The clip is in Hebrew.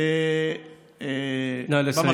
תגידו,